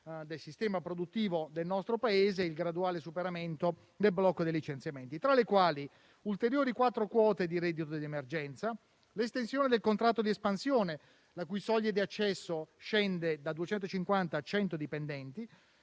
del sistema produttivo del nostro Paese e il graduale superamento del blocco dei licenziamenti, tra le quali: ulteriori quattro quote di reddito di emergenza; l'estensione del contratto di espansione, la cui soglia di accesso scende da 250 a 100 dipendenti;